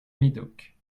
médoc